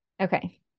Okay